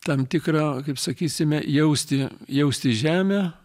tam tikrą kaip sakysime jausti jausti žemę